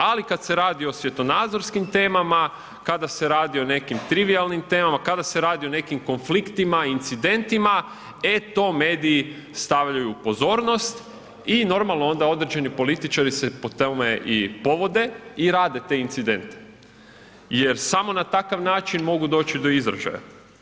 Ali kad se radi o svjetonazorskim temama, kada se radi o nekim trivijalnim temama, kada se radi o nekim konfliktima, incidentima, e to mediji stavljaju pozornost i normalno, onda određeni političari se po tome i povode i rade te incidente jer samo na takav način mogu doći do izražaja.